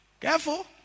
Careful